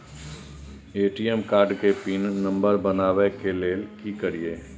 ATM card के PIN number बनाबै के लेल की करिए?